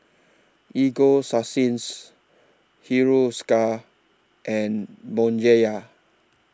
Ego Sunsense Hiruscar and Bonjela